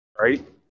Right